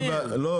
לא,